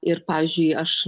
ir pavyzdžiui aš